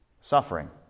suffering